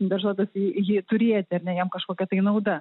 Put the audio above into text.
nežinau jį jį turėti ar ne jam kažkokia tai nauda